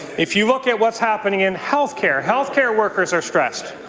if you look at what's happening in health care, health care workers are stressed.